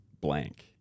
blank